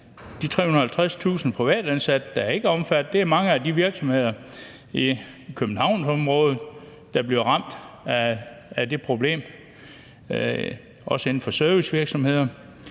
de 350.000 privatansatte, der ikke er omfattet. Det er mange af virksomhederne i Københavnsområdet, der bliver ramt af det problem. Det er også servicevirksomheder,